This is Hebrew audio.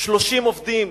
ו-30 עובדים.